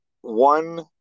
one